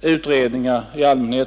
utredningar brukar ta lång tid.